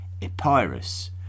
Epirus